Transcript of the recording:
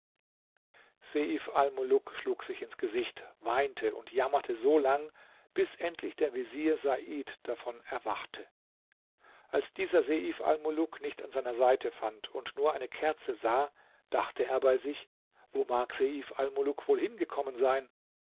schlug sich ins gesicht weinte und jammerte so lang bis endlich der vezier said davon erwachte als dieser seif almuluk nicht an seiner seite fand und nur eine kerze sah dachte er bei sich wo mag seif almuluk wohl hingekommen sein